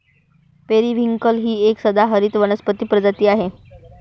periwinkle ही एक सदाहरित वनस्पती प्रजाती आहे